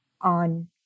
on